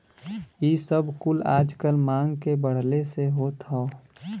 इ सब कुल आजकल मांग के बढ़ले से होत हौ